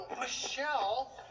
Michelle